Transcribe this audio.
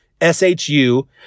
S-H-U